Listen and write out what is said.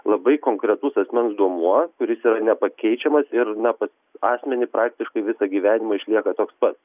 labai konkretus asmens duomuo kuris yra nepakeičiamas ir na pas asmenį praktiškai visą gyvenimą išlieka toks pat